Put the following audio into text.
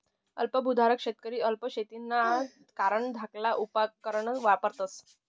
अल्प भुधारक शेतकरी अल्प शेतीना कारण धाकला उपकरणं वापरतस